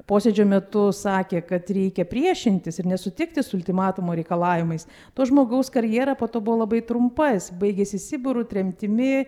posėdžio metu sakė kad reikia priešintis ir nesutikti su ultimatumo reikalavimais to žmogaus karjera po to buvo labai trumpa jis baigėsi sibiru tremtimi